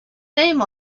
name